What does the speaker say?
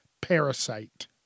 Parasite